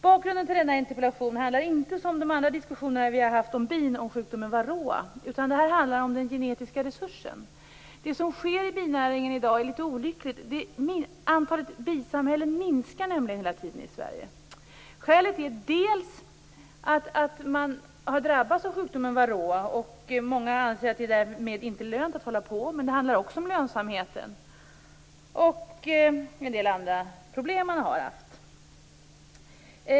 Bakgrunden till denna interpellation handlar inte, som i fråga om de andra diskussioner vi har fört om bin, om sjukdomen varroa. Det här handlar om den genetiska resursen. Det som sker i binäringen i dag är litet olyckligt. Antalet bisamhällen minskar nämligen hela tiden i Sverige. Skälet är delvis att man har drabbats av sjukdomen varroa. Många anser att det därmed inte är lönt att hålla på. Men det handlar också om lönsamheten och en del andra problem man har haft.